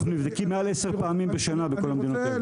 אנחנו נבדקים מעל 10 פעמים בשנה בכל המדינות האלה.